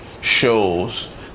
shows